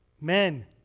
Men